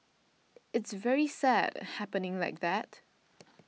it's very sad happening like that